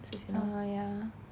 oh ya